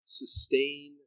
sustain